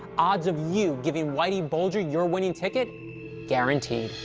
odds of you giving whitey bulger your winning ticket guaranteed.